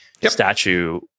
statue